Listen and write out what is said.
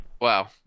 Wow